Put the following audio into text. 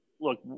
look